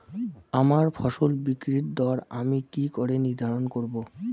আমার ফসল বিক্রির দর আমি কি করে নির্ধারন করব?